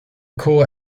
core